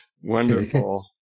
wonderful